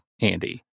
Andy